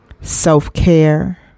self-care